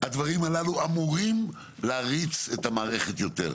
הדברים הללו אמורים להריץ את המערכת יותר מהר.